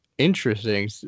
Interesting